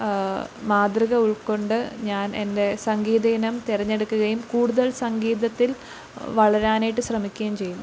മാതൃക ഉൾക്കൊണ്ട് ഞാൻ എന്റെ സംഗീതയിനം തിരഞ്ഞെടുക്കുകയും കൂടുതൽ സംഗീതത്തിൽ വളരാനായിട്ട് ശ്രമിക്കുകയും ചെയ്യുന്നു